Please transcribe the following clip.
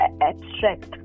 Abstract